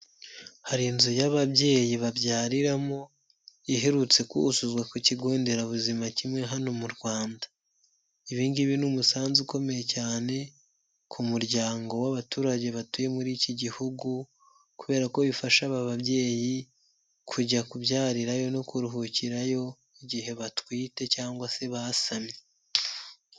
Hari inzu y'ababyeyi babyariramo iherutse kuzuzwa ku kigo nderabuzima kimwe hano mu Rwanda. Ibingibi ni umusanzu ukomeye cyane ku muryango w'abaturage batuye muri iki gihugu, kubera ko bifasha aba babyeyi kujya kubyarirayo no kuruhukirayo igihe batwite cyangwa se basamye.